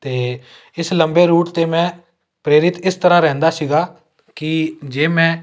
ਅਤੇ ਇਸ ਲੰਬੇ ਰੂਟ 'ਤੇ ਮੈਂ ਪ੍ਰੇਰਿਤ ਇਸ ਤਰ੍ਹਾਂ ਰਹਿੰਦਾ ਸੀਗਾ ਕਿ ਜੇ ਮੈਂ